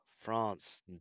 France